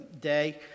day